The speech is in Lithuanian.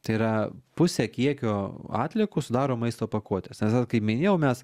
tai yra pusę kiekio atliekų sudaro maisto pakuotės nes tada kai minėjau mes